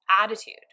attitude